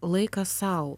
laikas sau